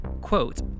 quote